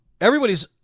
everybody's